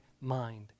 mind